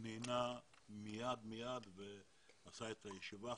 נענה מיד וקיים את הישיבה.